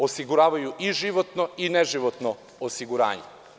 Osiguravaju i životno i neživotno osiguranje.